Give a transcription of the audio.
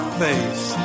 face